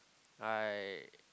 I